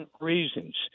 reasons